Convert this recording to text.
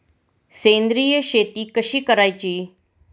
सेंद्रिय शेती कशी करायची?